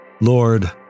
Lord